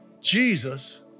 Jesus